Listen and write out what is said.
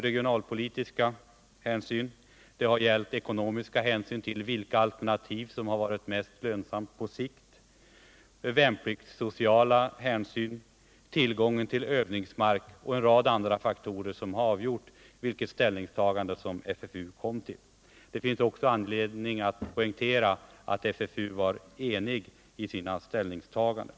Regionalpolitiska hänsyn, ekonomiska hänsyn med tanke på vilket alternativ som varit mest lönsamt på sikt, värnpliktssociala hänsyn, tillgången till övningsmark och en rad andra faktorer har avgjort det ställningstagande som FFU kom till. Det finns också anledning poängtera att FFU var enig i sina ställningstaganden.